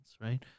right